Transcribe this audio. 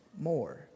more